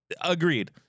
Agreed